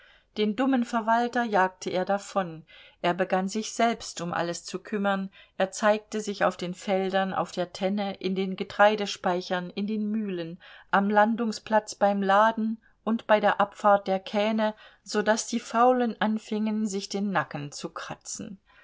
den dummen verwalter jagte er davon er begann sich selbst um alles zu kümmern er zeigte sich auf den feldern auf der tenne in den getreidespeichern in den mühlen am landungsplatz beim laden und bei der abfahrt der kähne so daß die faulen anfingen sich den nacken zu kratzen